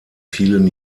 vielen